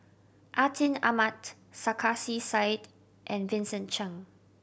Atin Amat Sarkasi Said and Vincent Cheng